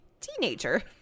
Teenager